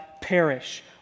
perish